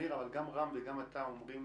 מאיר, אבל גם רם וגם אתה אומרים